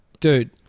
Dude